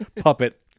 puppet